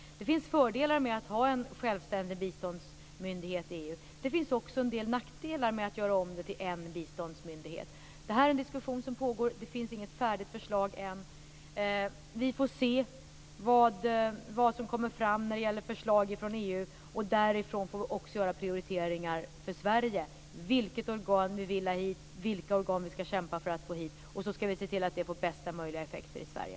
Det finns fördelar med att ha en självständig biståndsmyndighet i EU. Det finns också en del nackdelar med att göra om det till en biståndsmyndighet. Det här är en diskussion som pågår. Det finns ännu inget färdigt förslag. Vi får se vad som kommer fram när det gäller förslag från EU. Utifrån det får vi också göra prioriteringar för Sverige. Vilket organ vill vi ha hit? Vilka organ skall vi kämpa för att få hit? Sedan skall vi se till att det får bästa möjliga effekter i Sverige.